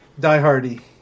diehardy